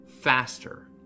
faster